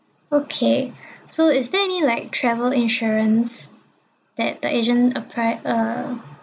okay so is there any like travel insurance that the asian applied uh